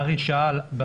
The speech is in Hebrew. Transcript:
ארי שאל,